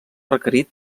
requerit